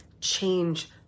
change